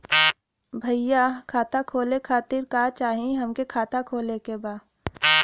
भईया खाता खोले खातिर का चाही हमके खाता खोले के बा?